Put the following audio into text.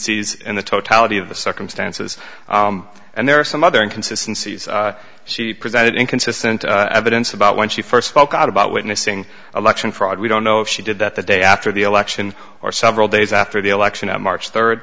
of the circumstances and there are some other inconsistency she presented inconsistent evidence about when she first spoke on about witnessing election fraud we don't know if she did that the day after the election or several days after the election on march third